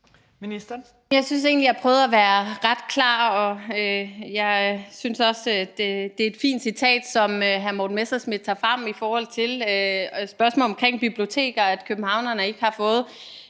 Jeg synes egentlig, jeg prøvede at være ret klar, og jeg synes også, det er et fint citat, som hr. Morten Messerschmidt tager frem i forhold til spørgsmålet omkring biblioteker, altså at københavnerne ikke har fået